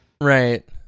Right